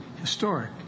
historic